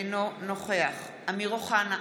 אינו נוכח אמיר אוחנה,